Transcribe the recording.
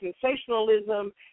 sensationalism